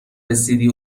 رسیدی